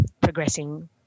progressing